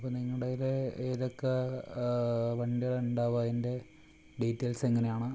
അപ്പോൾ നിങ്ങളുടെ കൈയ്യിൽ ഏതൊക്കെ വണ്ടികളുണ്ടാവുക അതിൻ്റെ ഡീറ്റെയിൽസ് എങ്ങനെയാണ്